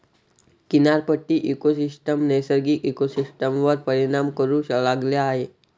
किनारपट्टी इकोसिस्टम नैसर्गिक इकोसिस्टमवर परिणाम करू लागला आहे